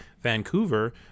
Vancouver